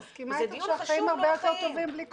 אני מסכימה איתך שהחיים הרבה יותר טובים בלי קורונה,